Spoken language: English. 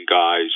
guys